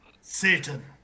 Satan